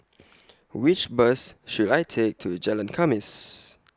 Which Bus should I Take to Jalan Khamis